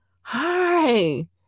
Hi